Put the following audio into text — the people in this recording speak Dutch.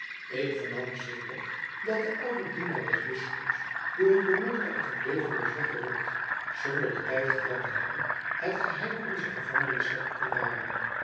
ik vernam sedert dat de oude dienaar des bisschops door een beroerte uit het leven was weggerukt zonder den tijd gehad te hebben het geheim onzer gevangenis te openbaren